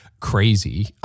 Crazy